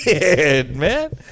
man